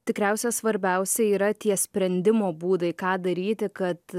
tikriausia svarbiausia yra tie sprendimo būdai ką daryti kad